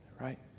right